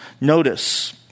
notice